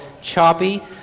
choppy